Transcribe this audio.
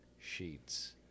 sheets